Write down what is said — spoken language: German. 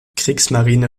kriegsmarine